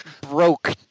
broke